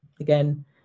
Again